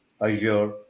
Azure